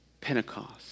Pentecost